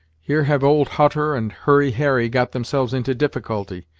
here have old hutter and hurry harry got themselves into difficulty,